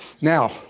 Now